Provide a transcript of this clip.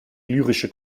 lyrische